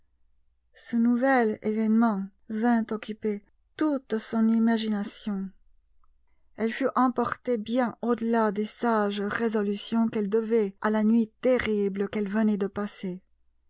ce nouvel événement vint occuper toute son imagination elle fut emportée bien au-delà des sages résolutions qu'elle devait à la nuit terrible qu'elle venait de passer